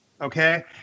Okay